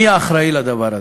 מי האחראי לדבר הזה?